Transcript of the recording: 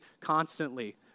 constantly